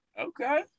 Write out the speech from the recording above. Okay